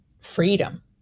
freedom